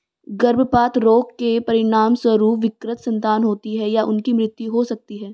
गर्भपात रोग के परिणामस्वरूप विकृत संतान होती है या उनकी मृत्यु हो सकती है